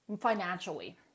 financially